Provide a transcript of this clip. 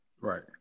Right